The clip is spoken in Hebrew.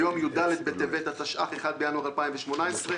ביום י"ד בטבת התשע"ח (1 בינואר 2018),